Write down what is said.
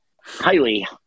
highly